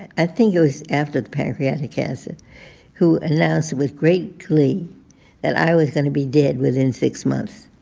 i think it was after the pancreatic cancer who announced with great glee that i was going to be dead within six months.